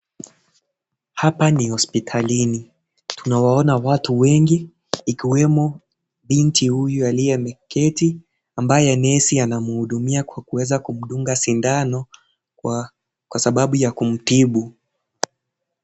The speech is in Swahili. Hapa ni hospitalini. Tunawaona watu wengi, ikiwemo binti huyu aliye ameketi ambaye nesi anamhudumia kwa kuweza kumdunga sindano, kwa sababu ya kumtibu.